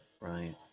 right